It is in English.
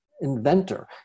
inventor